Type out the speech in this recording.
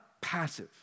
passive